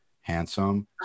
handsome